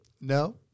No